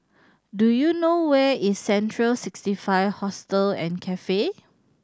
do you know where is Central Sixty Five Hostel and Cafe